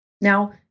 Now